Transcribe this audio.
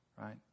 right